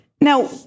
Now